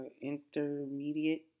intermediate